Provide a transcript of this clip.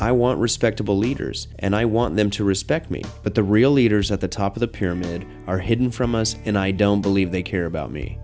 i want respectable leaders and i want them to respect me but the real leaders at the top of the pyramid are hidden from us and i don't believe they care about me